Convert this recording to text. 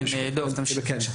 כן, דב, תמשיך.